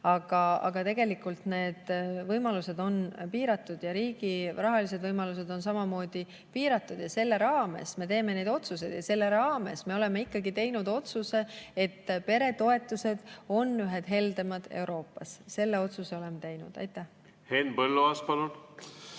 Aga tegelikult on need võimalused piiratud ja riigi rahalised võimalused on samamoodi piiratud. Selle raames me teeme neid otsuseid ja selle raames me oleme ikkagi teinud otsuse, et peretoetused on meil ühed heldemad Euroopas. Selle otsuse me oleme teinud. Aitäh! Vaadake,